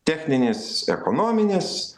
techninis ekonominis